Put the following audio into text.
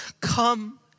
come